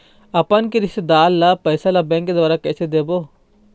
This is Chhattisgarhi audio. अपन के रिश्तेदार ला पैसा ला बैंक के द्वारा कैसे देबो?